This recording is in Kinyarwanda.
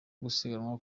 gusiganwa